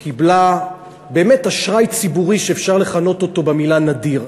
קיבלה באמת אשראי ציבורי שאפשר לכנות אותו "נדיר".